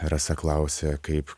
rasa klausia kaip